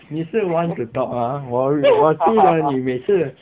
你是 want to talk ah 我我记得你每次